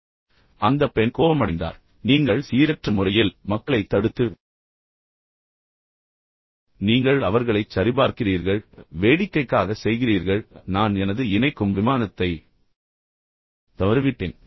பின்னர் அந்தப் பெண் கோபமடைந்தார் நீங்கள் சீரற்ற முறையில் மக்களைத் தடுத்து பின்னர் நீங்கள் அவர்களைச் சரிபார்க்கிறீர்கள் வேடிக்கைக்காக செய்கிறீர்கள் இப்போது நான் எனது இணைக்கும் விமானத்தை தவறவிட்டேன்